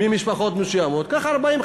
ממשפחות מסוימות קח 40%,